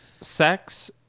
Sex